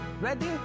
Ready